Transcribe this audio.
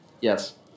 yes